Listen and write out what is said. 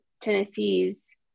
Tennessee's